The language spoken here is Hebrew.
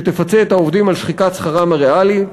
שתפצה את העובדים על שחיקת שכרם הריאלי.